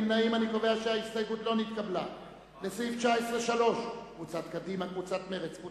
אני קובע שסעיף 18 אושר, לפי